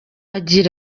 yagize